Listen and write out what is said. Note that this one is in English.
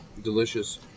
delicious